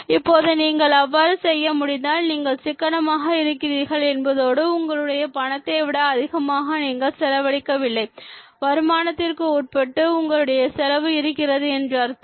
இப்போது நீங்கள் அவ்வாறு செய்ய முடிந்தால் நீங்கள் சிக்கனமாக இருக்கிறீர்கள் என்பதோடு உங்களுடைய பணத்தை விட அதிகமாக நீங்கள் செலவழிக்கவில்லை வருமானத்திற்கு உட்பட்டு உங்களுடைய செலவு இருக்கிறது என்று அர்த்தம்